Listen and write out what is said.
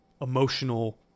emotional